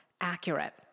accurate